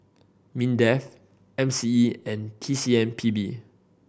MINDEF M C E and T C M P B